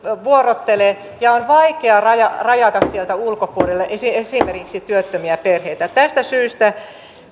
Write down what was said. vuorottelevat ja on vaikea rajata rajata sieltä ulkopuolelle esimerkiksi työttömiä perheitä tästä syystä